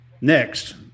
Next